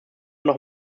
noch